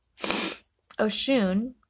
Oshun